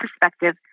perspective